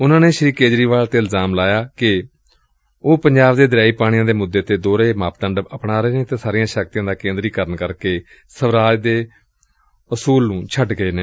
ਉਨਾਂ ਨੇ ਸ੍ਰੀ ਕੇਜਰੀਵਾਲ ਤੇ ਇਲਜ਼ਾਮ ਲਾਇਆ ਕਿ ਉਹ ਪੰਜਾਬ ਦੇ ਦਰਿਆਈ ਪਾਣੀਆਂ ਦੇ ਮੁੱਦੇ ਤੇ ਦੋਹਰੇ ਮਾਪੰਡ ਆਪਣਾ ਰਹੇ ਨੇ ਅਤੇ ਸਾਰੀਆਂ ਸ਼ਕਤੀਆਂ ਦਾ ਕੇਂਦਰੀਕਰਨ ਕਰਕੇ ਸਵਰਾਜ ਦੇ ਅਸੂਲ ਤੋਂ ਪਿੱਛੇ ਹਟ ਗਏ ਨੇ